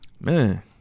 Man